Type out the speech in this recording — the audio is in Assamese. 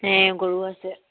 নে গৰু আছে